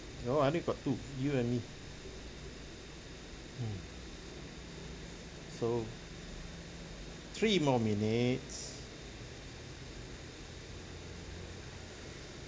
no I only got two you and me oh so three more minutes